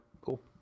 cool